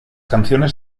canciones